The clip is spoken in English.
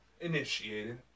initiated